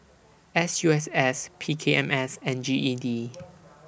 S U S S P K M S and G E D